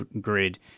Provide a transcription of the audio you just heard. grid